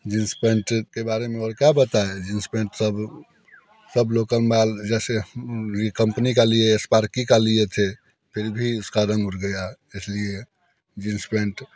jeans pant के बारे में और क्या बताएं जींस पेंट सब लोकल माल जैसे ये कंपनी के लिए स्पार्की का लिए थे फिर भी उसका रंग उड़ गया इस लिए जींस पेंट